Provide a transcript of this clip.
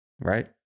right